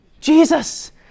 Jesus